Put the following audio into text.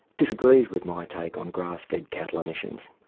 disagrees with my take on grass-fed cattle emissions.